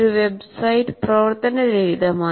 ഒരു വെബ്സൈറ്റ് പ്രവർത്തന രഹിതമായി